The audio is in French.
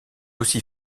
aussi